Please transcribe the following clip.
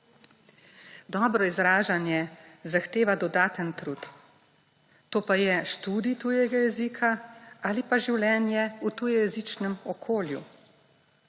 Dobro izražanje zahteva dodaten trud, to pa je študij tujega jezika ali pa življenje v tujejezičnem okolju.